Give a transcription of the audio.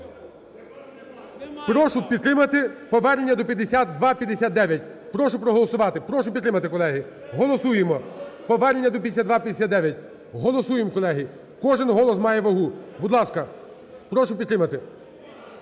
Прошу підтримати повернення до 5259. Прошу проголосувати, прошу підтримати, колеги. Голосуємо, повернення до 5259. Голосуємо, колеги. Кожен голос має вагу. Будь ласка, прошу підтримати.